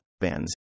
bands